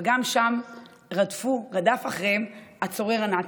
אבל גם שם רדף אחריהם הצורר הנאצי,